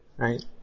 Right